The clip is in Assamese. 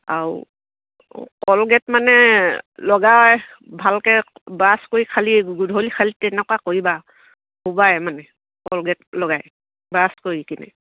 আও কলগেট মানে লগাই ভালকৈ ব্ৰাছ কৰি খালী গধূলি খালী তেনেকুৱা কৰিবা শুবাই মানে কলগেট লগাই ব্ৰাছ কৰি কিনে